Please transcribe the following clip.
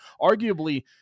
arguably